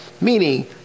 meaning